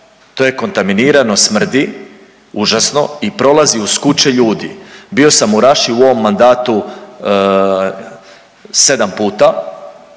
to je kontaminirano smrdi užasno i prolazi uz kuće ljudi. Bio sam u Raši u ovom mandatu sedam puta